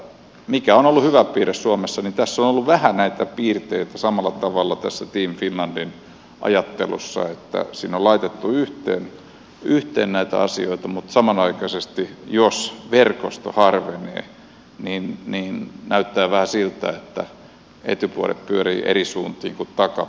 mikä on ollut hyvä piirre suomessa niin tässä team finlandin ajattelussa on ollut vähän samalla tavalla näitä piirteitä että siinä on laitettu yhteen näitä asioita mutta samanaikaisesti jos verkosto harvenee niin näyttää vähän siltä että etupyörät pyörivät eri suuntiin kuin takapyörät